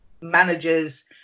managers